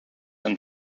and